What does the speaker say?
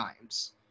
times